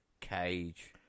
cage